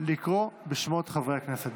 לקרוא בשמות חברי הכנסת.